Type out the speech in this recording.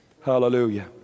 hallelujah